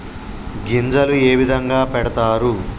గింజలు ఏ విధంగా పెడతారు?